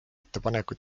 ettepaneku